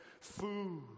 food